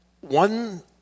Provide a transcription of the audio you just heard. one